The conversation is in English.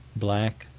black,